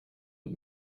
und